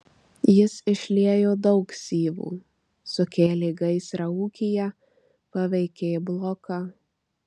jis išliejo daug syvų sukėlė gaisrą ūkyje paveikė bloką